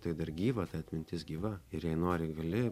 tai dar gyva ta atmintis gyva ir jei nori gali